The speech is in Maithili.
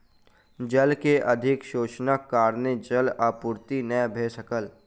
जल के अधिक शोषणक कारणेँ जल आपूर्ति नै भ सकल